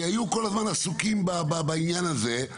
היא שהיו כל הזמן עסוקים בעניין הזה,